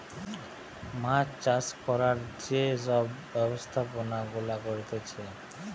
মাছ চাষ করার যে সব ব্যবস্থাপনা গুলা করতিছে